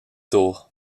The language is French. tour